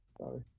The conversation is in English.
Sorry